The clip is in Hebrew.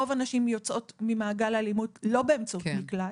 רוב הנשים יוצאות ממעגל האלימות לא באמצעות מקלט.